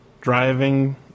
driving